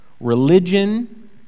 Religion